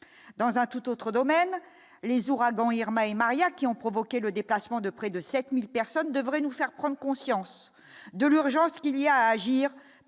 dans un tout autre domaine, les ouragans Irma et Maria qui ont provoqué le déplacement de près de 7000 personnes devraient nous faire prendre conscience de l'urgence qu'il y a agir